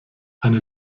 eine